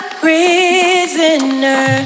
prisoner